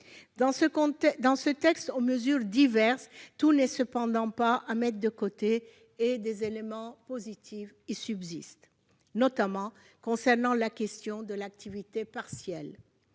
Dans ce texte aux mesures diverses, tout n'est cependant pas à mettre de côté. Des éléments positifs subsistent, concernant notamment la question de l'activité partielle.